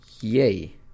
Yay